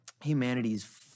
humanity's